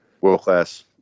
world-class